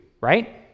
right